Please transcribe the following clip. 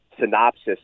synopsis